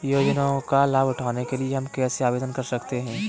योजनाओं का लाभ उठाने के लिए हम कैसे आवेदन कर सकते हैं?